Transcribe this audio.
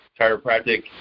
chiropractic